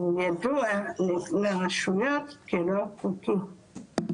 יגיע לרשויות כלא חוקי.